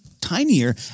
tinier